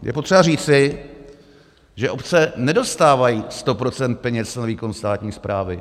Je potřeba říci, že obce nedostávají 100 % peněz na výkon státní správy.